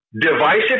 divisive